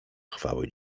chwały